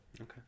Okay